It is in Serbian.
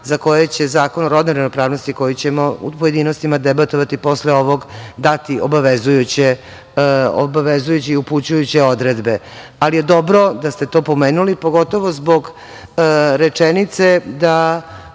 za koje će Zakon o rodnoj ravnopravnosti koji ćemo u pojedinostima debatovati posle ovog, dati obavezujuće i upućujuće odredbe. Dobro je da ste to pomenuli, pogotovo zbog rečenice da